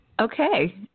Okay